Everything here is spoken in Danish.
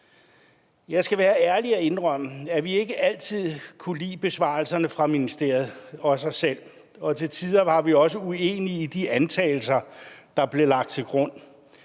Jeg skal være ærlig og indrømme, at vi heller ikke altid selv har kunnet lide besvarelserne fra ministeriet, og til tider har vi også været uenige i de antagelser, der er blevet lagt til grund,